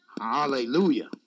Hallelujah